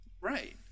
Right